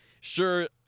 sure